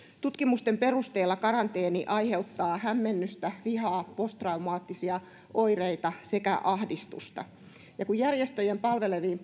tutkimusten perusteella karanteeni aiheuttaa hämmennystä vihaa posttraumaattisia oireita sekä ahdistusta kun järjestöjen palveleviin